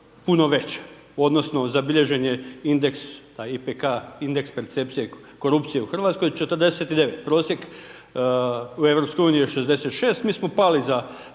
puno veća odnosno zabilježen je indeks IPK, indeks percepcije i korupcije u RH 49, prosjek u EU je 66, mi smo pali za